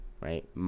right